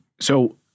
So-